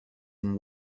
and